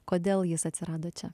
kodėl jis atsirado čia